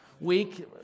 week